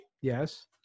Yes